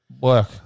work